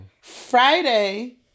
Friday